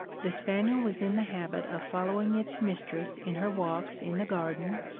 the spaniel was in the habit of following its mistress in her walks in the garden,